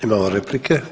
Imamo replike.